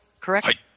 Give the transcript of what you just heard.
correct